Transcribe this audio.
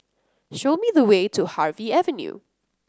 show me the way to Harvey Avenue